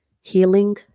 healing